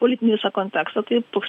politinis kontekstą tai toks